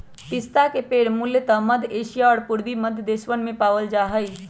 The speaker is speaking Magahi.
पिस्ता के पेड़ मूलतः मध्य एशिया और पूर्वी मध्य देशवन में पावल जा हई